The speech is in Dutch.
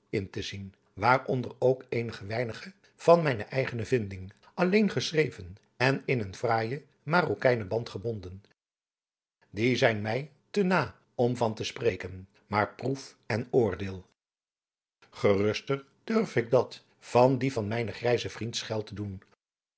in te zien waaronder ook eenige weinige van mijne eigene vinding alleen geschreven en in een fraaijen marokijnenband gebonden die zijn mij te na om van te spreken maar proef en oordeel geruster durf ik dat van die van mijnen grijzen vriend schelte doen